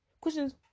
Questions